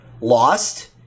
lost